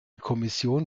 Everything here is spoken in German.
kommission